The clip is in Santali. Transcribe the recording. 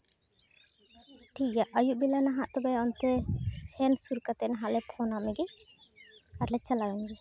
ᱴᱷᱤᱠᱜᱮᱭᱟ ᱟ ᱭᱩᱵ ᱵᱮᱞᱟ ᱱᱟᱦᱟᱜ ᱚᱱᱛᱮ ᱥᱮᱱ ᱥᱩᱨ ᱠᱟᱛᱮᱫ ᱦᱟᱸᱜ ᱞᱮ ᱯᱷᱳᱱᱟᱫ ᱢᱮᱜᱮ ᱟᱨᱞᱮ ᱪᱟᱞᱟᱣᱮᱱ ᱜᱮ